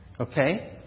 Okay